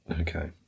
Okay